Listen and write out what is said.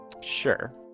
Sure